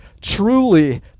truly